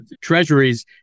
treasuries